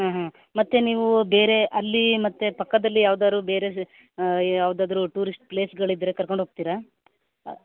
ಹಾಂ ಹಾಂ ಮತ್ತು ನೀವು ಬೇರೆ ಅಲ್ಲಿ ಮತ್ತೆ ಪಕ್ಕದಲ್ಲಿ ಯಾವ್ದಾದ್ರು ಬೇರೆ ಯಾವುದಾದ್ರು ಟೂರಿಸ್ಟ್ ಪ್ಲೇಸ್ಗಳು ಇದ್ದರೆ ಕರ್ಕೊಂಡು ಹೋಗ್ತೀರಾ